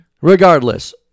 regardless